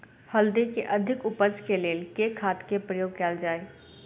हल्दी केँ अधिक उपज केँ लेल केँ खाद केँ प्रयोग कैल जाय?